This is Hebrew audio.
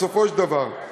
בסופו של דבר,